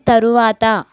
తరువాత